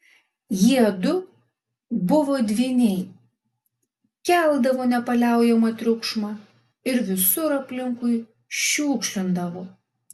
jiedu buvo dvyniai keldavo nepaliaujamą triukšmą ir visur aplinkui šiukšlindavo